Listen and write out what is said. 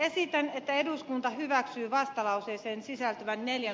esitän että eduskunta hyväksyy vastalauseeseen sisältyvän neljä